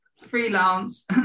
freelance